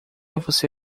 você